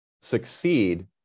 succeed